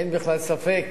אין בכלל ספק